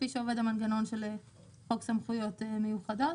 כפי שעובד המנגנון של חוק סמכויות מיוחדות.